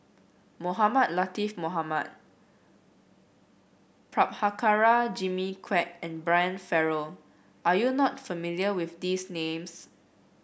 Mohamed Latiff Mohamed Prabhakara Jimmy Quek and Brian Farrell are you not familiar with these names